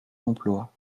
emplois